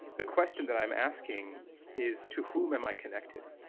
the question that i'm asking is to whom am i connected?